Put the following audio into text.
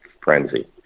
frenzy